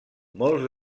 molts